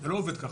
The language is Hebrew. זה לא עובד ככה.